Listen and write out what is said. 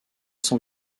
sans